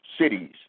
cities